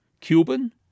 Cuban